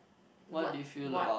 the what what